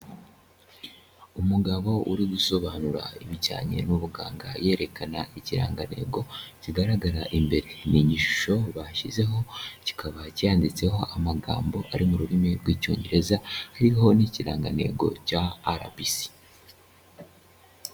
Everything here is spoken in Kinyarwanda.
Umugabo uri gusobanura ibijyanye n'ubuganga, yerekana ikirangantego kigaragara imbere. Ni igishusho bashyizeho, kikaba cyanditseho amagambo ari mu rurimi rw'Icyongereza, hariho n'ikirangantego cya RBC.